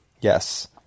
Yes